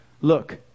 Look